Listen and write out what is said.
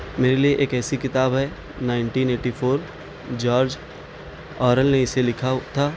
میرے لیے ایک ایسی کتاب ہے nineteen eighty four George Orwell نے اسے لکھا تھا